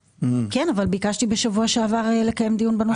כן, אבל שבוע שעבר ביקשתי לקיים דיון בנושא.